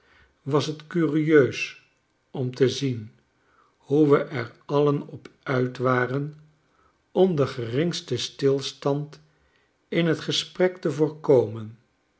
was t curieus om te zien hoe we er alien op uit waren om den geringsten stilstand in t gesprek te voorkomen